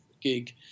gig